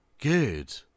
good